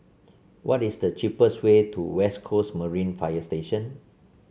what is the cheapest way to West Coast Marine Fire Station